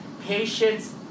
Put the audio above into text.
patients